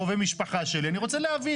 שלמה, הם לא יושבים